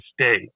state